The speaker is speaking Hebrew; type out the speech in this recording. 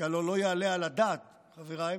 כי הלוא לא יעלה על הדעת, חבריי,